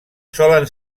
solen